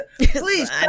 please